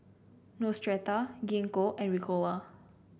Neostrata Gingko and Ricola